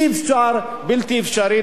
אי-אפשר, בלתי אפשרי.